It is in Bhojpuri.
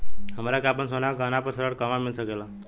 हमरा के आपन सोना के गहना पर ऋण कहवा मिल सकेला?